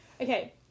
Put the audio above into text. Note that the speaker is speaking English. okay